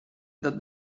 that